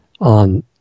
on